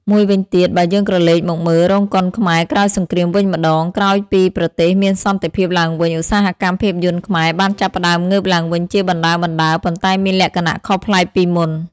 មួយវិញទៀតបើយើងក្រលេកមកមើល រោងកុនខ្មែរក្រោយសង្គ្រាមវិញម្តង ក្រោយពីប្រទេសមានសន្តិភាពឡើងវិញ ឧស្សាហកម្មភាពយន្តខ្មែរបានចាប់ផ្ដើមងើបឡើងវិញជាបណ្ដើរៗ ប៉ុន្តែមានលក្ខណៈខុសប្លែកពីមុន។